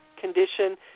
condition